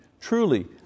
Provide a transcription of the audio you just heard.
Truly